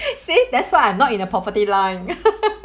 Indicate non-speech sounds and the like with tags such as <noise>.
see that's why I'm not in the property line <laughs>